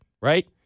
right